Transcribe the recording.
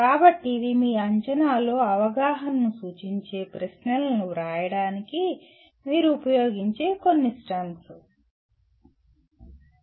కాబట్టి ఇవి మీ అంచనాలో అవగాహనను సూచించే ప్రశ్నలను వ్రాయడానికి మీరు ఉపయోగించే కొన్ని STEMS